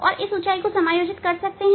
और इस ऊंचाई को समायोजित कर सकते हैं